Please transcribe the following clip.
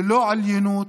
ללא עליונות,